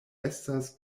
estas